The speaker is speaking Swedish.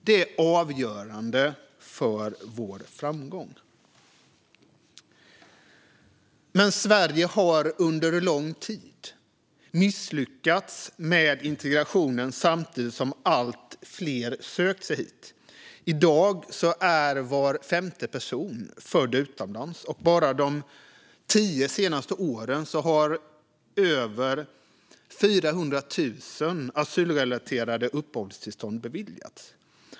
Det är avgörande för vår framgång. Men Sverige har under lång tid misslyckats med integrationen samtidigt som allt fler sökt sig hit. I dag är var femte person född utomlands, och bara de tio senaste åren har över 400 000 asylrelaterade uppehållstillstånd beviljats.